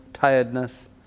tiredness